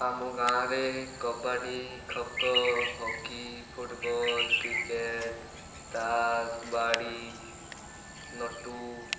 ଆମ ଗାଁରେ kabaddi kho kho hockey football cricket ତାସ୍ ବାଡ଼ି ନଟୁ